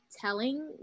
telling